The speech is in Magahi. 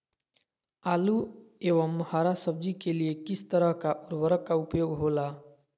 आलू एवं हरा सब्जी के लिए किस तरह का उर्वरक का उपयोग होला?